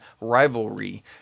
rivalry